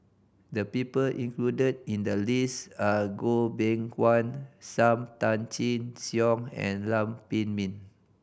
the people included in the list are Goh Beng Kwan Sam Tan Chin Siong and Lam Pin Min